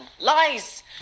Lies